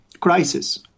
crisis